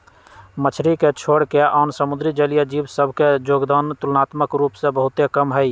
मछरी के छोरके आन समुद्री जलीय जीव सभ के जोगदान तुलनात्मक रूप से बहुते कम हइ